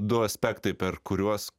du aspektai per kuriuos